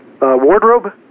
wardrobe